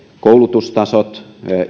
koulutustasot